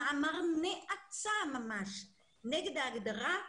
ממש מאמר נאצה נגד ההגדרה.